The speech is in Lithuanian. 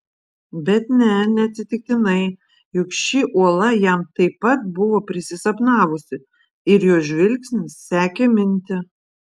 bet ne neatsitiktinai juk ši uola jam taip pat buvo prisisapnavusi ir jo žvilgsnis sekė mintį